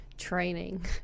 training